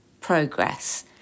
progress